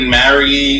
marry